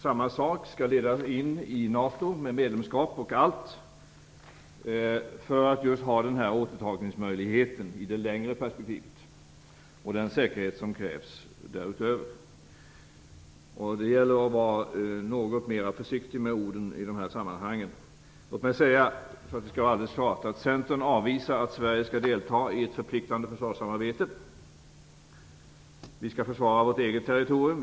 Det skall leda till ett medlemskap i NATO. Därigenom finns en återtagningsmöjlighet i det längre perspektivet och den säkerhet som krävs därutöver. Det gäller att vara något mera försiktig med orden i dessa sammanhang. Låt mig säga, för att det skall stå helt klart, att Centern avvisar att Sverige skall delta i ett förpliktande försvarssamarbete. Vi skall försvara vårt eget territorium.